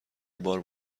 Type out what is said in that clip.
بار